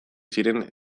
ziren